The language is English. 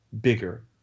bigger